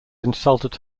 insulted